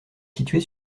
située